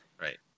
Right